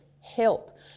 help